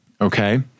okay